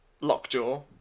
Lockjaw